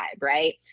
right